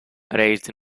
raised